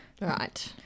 Right